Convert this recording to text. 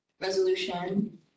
resolution